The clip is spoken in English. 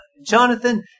Jonathan